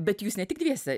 bet jūs ne tik dviese